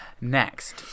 Next